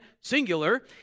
singular